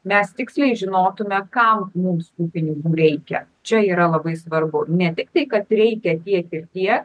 mes tiksliai žinotume kam mums tų pinigų reikia čia yra labai svarbu ne tik tai kad reikia tiek ir tiek